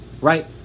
Right